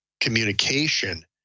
communication